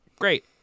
great